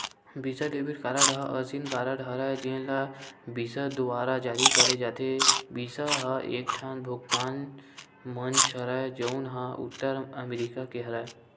बिसा debit card ह असइन कारड हरय जेन ल बिसा दुवारा जारी करे जाथे, बिसा ह एकठन भुगतान मंच हरय जउन ह उत्तर अमरिका के हरय